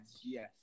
yes